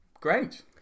Great